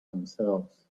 themselves